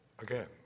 again